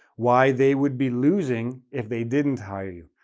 why they would be losing if they didn't hire you.